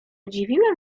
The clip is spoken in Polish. dziwiłem